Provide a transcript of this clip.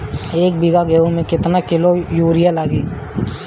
एक बीगहा गेहूं में केतना किलो युरिया लागी?